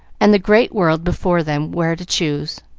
and the great world before them, where to choose.